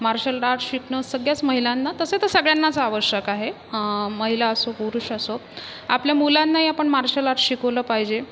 marshal arts शिकणं सगळ्याच महिलांना तसं तर सगळ्यांनाच आवश्यक आहे महिला असो पुरुष असो आपल्या मुलांनाही आपण मार्शल आर्टस् शिकवलं पाहिजे